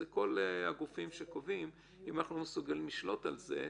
זה כל הגופים שקובעים אם אנחנו לא מסוגלים לשלוט על זה,